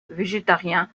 végétarien